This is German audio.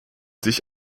sich